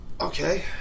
Okay